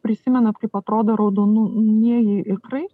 prisimenat kaip atrodo raudonų nieji ikrai